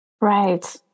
right